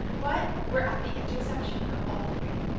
but we're at the intersection of all three.